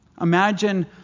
Imagine